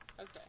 Okay